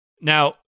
Now